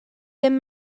ddim